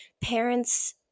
parents –